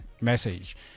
message